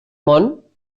món